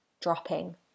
dropping